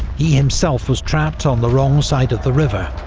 he himself was trapped on the wrong side of the river,